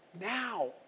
now